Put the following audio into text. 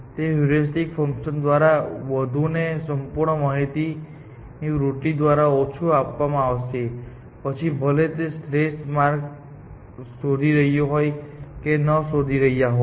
તે heuristic function દ્વારા વધુ અને સંપૂર્ણ માહિતીની વૃત્તિ દ્વારા ઓછું આપવામાં આવશે પછી ભલે તમે શ્રેષ્ઠ માર્ગો શોધી રહ્યા હોવ કે ન શોધી રહ્યા હોવ